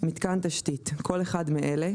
"מיתקן תשתית" כל אחד מאלה,